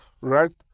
right